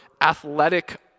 athletic